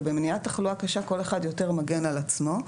ובמניעת תחלואה קשה כל אחד יותר מגן על עצמו,